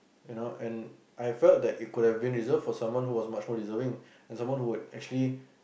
you know and I felt that it could have been reserved for someone who was much more deserving and someone who would actually